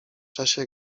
czasie